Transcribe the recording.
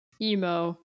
emo